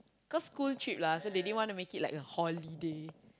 cause school trip lah so they didn't want to make it like a holiday